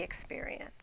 experience